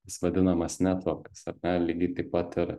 jis vadinamas netvorkas ar ne lygiai taip pat ir